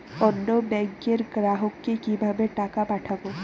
অন্য ব্যাংকের গ্রাহককে কিভাবে টাকা পাঠাবো?